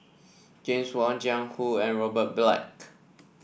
James Wong Jiang Hu and Robert Black